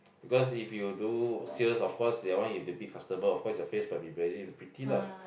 because if you do sales of course that one you need to meet customer of course your face must be very pretty lah